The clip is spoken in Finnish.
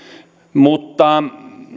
mutta